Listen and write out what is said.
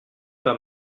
pas